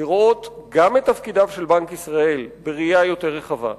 לראות גם את תפקידיו של בנק ישראל בראייה יותר רחבה,